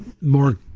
more